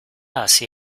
hasi